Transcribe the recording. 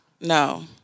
no